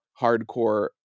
hardcore